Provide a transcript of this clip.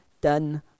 done